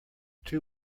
two